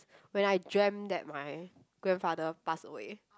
when I dreamt that my grandfather passed away